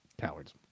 Cowards